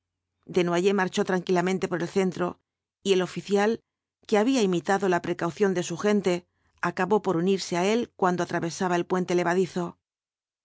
descarga cerrada desnoyers marchó tranquilamente por el centro y el oficial que había imitado la precaución de su gente acabó por unirse á él cuando atravesaba el puente levadizo